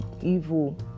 evil